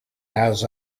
has